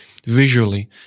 Visually